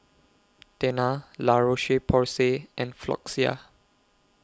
Tena La Roche Porsay and Floxia